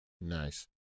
Nice